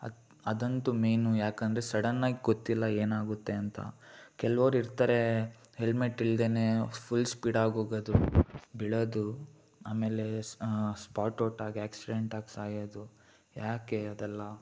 ಅದು ಅದಂತು ಮೇನು ಯಾಕಂದರೆ ಸಡನ್ನಾಗಿ ಗೊತ್ತಿಲ್ಲ ಏನಾಗುತ್ತೆ ಅಂತ ಕೆಲವ್ರು ಇರ್ತಾರೆ ಹೆಲ್ಮೆಟ್ ಇಲ್ದೇ ಫುಲ್ ಸ್ಪೀಡಾಗೋಗೋದು ಬೀಳೋದು ಆಮೇಲೆ ಸ್ಪಾಟ್ ಔಟಾಗಿ ಆ್ಯಕ್ಸಿಡೆಂಟಾಗಿ ಸಾಯೋದು ಯಾಕೆ ಅದೆಲ್ಲ